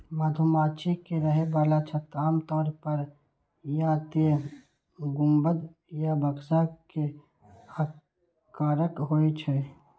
मधुमाछी के रहै बला छत्ता आमतौर पर या तें गुंबद या बक्सा के आकारक होइ छै